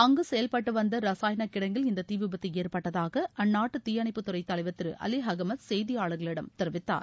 அங்கு செயவ்பட்டுவந்த ரசாயண கிடங்கில் இந்த தீவிபத்து ஏற்பட்டதாக அந்நாட்டு தீயணைப்புத்துறை தலைவர் திரு அலி அகமது செய்தியாளர்களிடம் தெரிவித்தார்